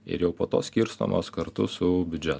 ir jau po to skirstomos kartu su biudžetu